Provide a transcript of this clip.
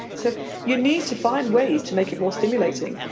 so you need to find ways to make it more stimulating.